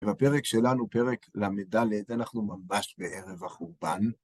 ובפרק שלנו, פרק ל"ד, אנחנו ממש בערב החורבן.